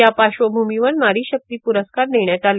या पार्श्वभूमीवर नारी शक्ती पुरस्कार देण्यात आले